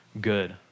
good